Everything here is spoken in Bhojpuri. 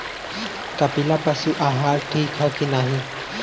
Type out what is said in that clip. कपिला पशु आहार ठीक ह कि नाही?